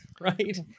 right